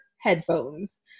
headphones